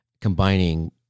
combining